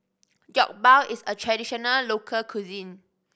jokbal is a traditional local cuisine